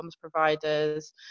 providers